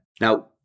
Now